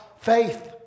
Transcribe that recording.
faith